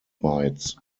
bites